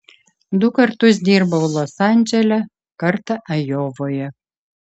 du kartus dirbau los andžele kartą ajovoje